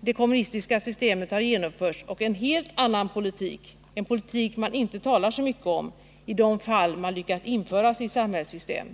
det kommunistiska systemet har genomförts och en helt annan politik — en politik som man inte talar så mycket om — i de fall då man lyckas införa sitt samhällssystem.